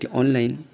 online